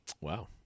Wow